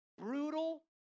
brutal